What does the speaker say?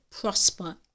prosper